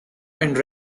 and